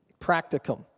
practicum